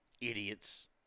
Idiots